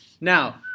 Now